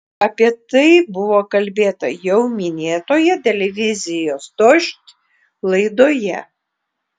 apie tai buvo kalbėta jau minėtoje televizijos dožd laidoje